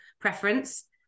preference